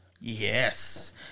Yes